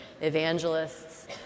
evangelists